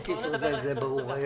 בקיצור, זה ברור.